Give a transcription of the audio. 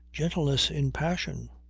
gentleness in passion!